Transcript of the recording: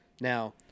Now